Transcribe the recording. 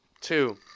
Two